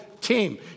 team